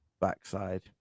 backside